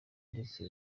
ndetse